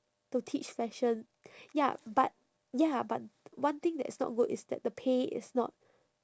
to teach fashion ya but ya but one thing that is not good is that the pay is not